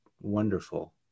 wonderful